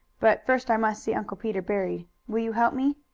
but first i must see uncle peter buried. will you help me?